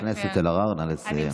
חברת הכנסת אלהרר, נא לסיים.